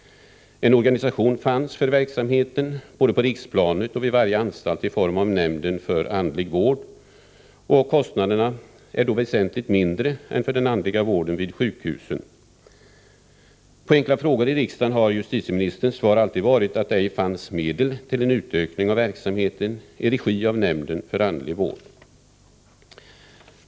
En organisation fanns redan för verksamheten på riksplanet och vid varje anstalt, i form av nämnden för andlig vård, och kostnaderna är då väsentligt mindre än för den andliga vården vid sjukhusen. På frågor i riksdagen har justitieministerns svar alltid varit att det ej finns medel till en utökning av verksamheten i regi av nämnden för andlig vård.